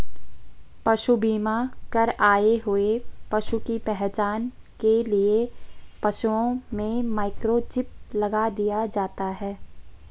पशु बीमा कर आए हुए पशु की पहचान के लिए पशुओं में माइक्रोचिप लगा दिया जाता है